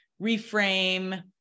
reframe